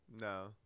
no